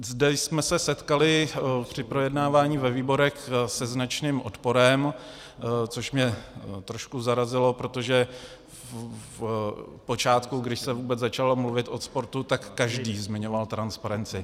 Zde jsme se setkali při projednávání ve výborech se značný odporem, což mě trošku zarazilo, protože v počátku, když se vůbec začalo mluvit o sportu, každý zmiňoval transparenci.